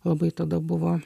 labai tada buvo